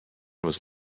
was